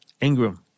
Ingram